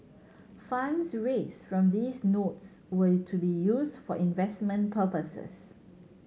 funds raised from these notes were to be used for investment purposes